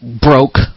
broke